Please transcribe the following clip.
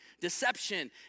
deception